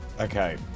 Okay